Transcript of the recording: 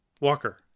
Walker